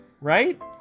right